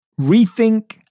rethink